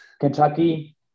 Kentucky